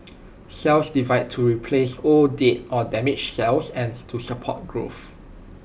cells divide to replace old dead or damaged cells and to support growth